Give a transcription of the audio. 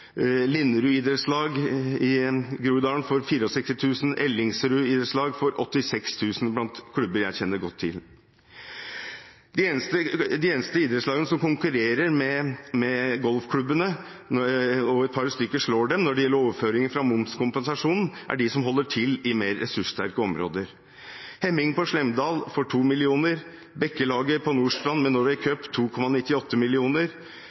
i Groruddalen får 64 000 kr, Ellingsrud Idrettslag får 86 000 kr – blant klubber jeg kjenner godt til. De eneste idrettslagene som konkurrerer med golfklubbene – og et par stykker slår dem når det gjelder overføringer fra momskompensasjonen – er de som holder til i mer ressurssterke områder. Heming på Slemdal får 2 mill. kr, Bekkelaget på Nordstrand, med Norway